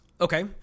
Okay